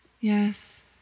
Yes